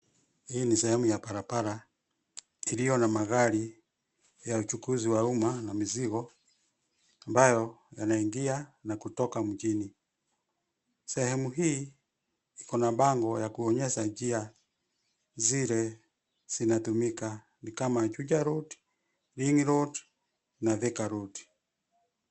Hii ni sehemu ya barabara iliyo na magari ya uchukuzi wa umma na mizigo, ambayo yanaingia na kutoka mjini. Sehemu hii iko na bango ya kuonyesha njia zile zinatumika; ni kama Juja Road, Ring Road na Thika Road.